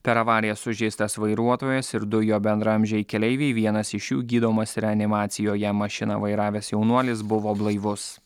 per avariją sužeistas vairuotojas ir du jo bendraamžiai keleiviai vienas iš jų gydomas reanimacijoje mašiną vairavęs jaunuolis buvo blaivus